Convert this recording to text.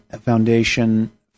Foundation